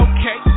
Okay